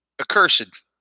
Accursed